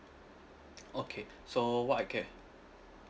okay so what I can